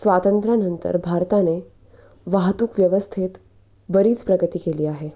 स्वातंत्र्यानंतर भारताने वाहतूक व्यवस्थेत बरीच प्रगती केली आहे